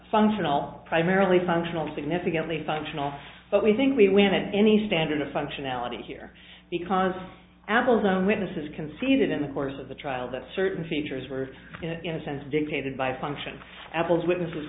functional primarily functional significantly functional but we think we win at any standard of functionality here because apple's own witnesses conceded in the course of the trial that certain features were in a sense dictated by function apple's witness